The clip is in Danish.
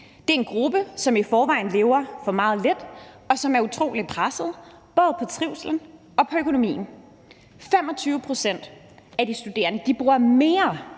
Det er en gruppe, som i forvejen lever for meget lidt, og som er utrolig pressede, både på trivslen og på økonomien. 25 pct. af de studerende bruger mere